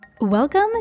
Welcome